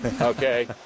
Okay